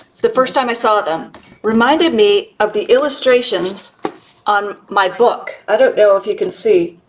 the first time i saw them reminded me of the illustrations on my book. i don't know if you can see.